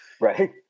Right